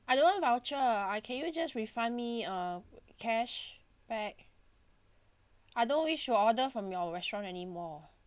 I don't want voucher I can you just refund me uh cash back I don't wish to order from your restaurant anymore